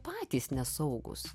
patys nesaugūs